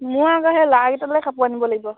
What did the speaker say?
মোৰ আকৌ সেই ল'ৰাকেইটালৈ কাপোৰ আনিব লাগিব